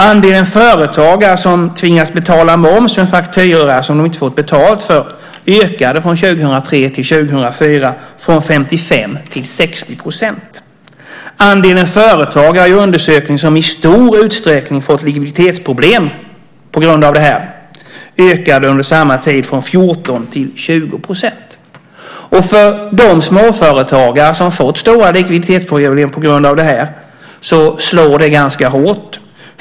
Andelen företagare som tvingas betala moms för en faktura som de inte fått betalt för ökade från år 2003 till år 2004 från 55 till 60 %. Andelen företagare i undersökningen som i stor utsträckning fått likviditetsproblem på grund av detta ökade under samma tid från 14 till 20 %. För de småföretagare som fått stora likviditetsproblem på grund av detta slår det ganska hårt.